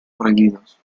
prohibidos